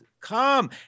Come